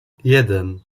jeden